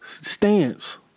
stance